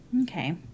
okay